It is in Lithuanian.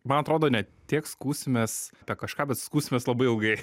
man atrodo ne tiek skųsimės apie kažką bet skųsimės labai ilgai